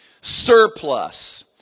surplus